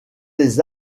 des